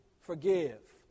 forgive